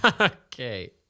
Okay